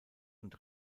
und